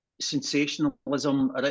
sensationalism